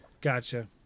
gotcha